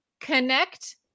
connect